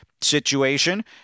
situation